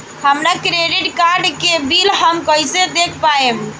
हमरा credit card के bill हम कइसे देख पाएम?